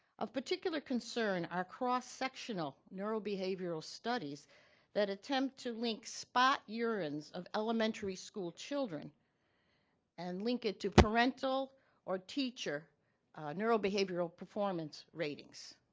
of particular concern are cross-sectional neurobehavioral studies that attempt to link spot urines of elementary school children and link it to parental or teacher neurobehavioral performance ratings.